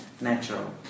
natural